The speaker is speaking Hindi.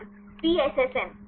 छात्र PSSM